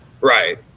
Right